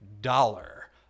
dollar